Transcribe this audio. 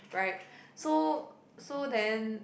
right so so then